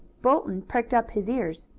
bolton pricked up his ears.